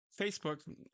Facebook